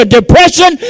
depression